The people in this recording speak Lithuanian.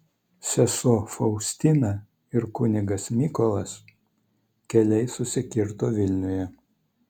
sesuo faustina ir kunigas mykolas keliai susikirto vilniuje